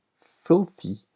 filthy